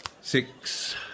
Six